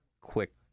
quick